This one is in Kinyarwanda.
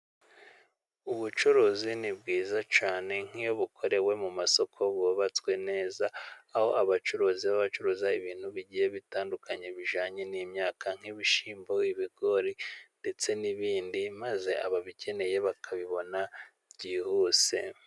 Ubucuruzi ni bwiza cyane nk'iyo bukorewe mu masoko yubatswe neza. Aho abacuruzi baba bacuruza ibintu bigiye bitandukanye bijyanye n'imyaka nk'ibishyimbo, ibigori ndetse n'ibindi maze ababikeneye bakabibona byihuse.